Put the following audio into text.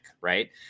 right